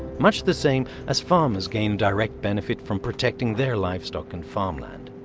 much the same as farmers gain direct benefit from protecting their livestock and farmland.